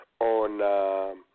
on